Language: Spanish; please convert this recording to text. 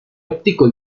óptico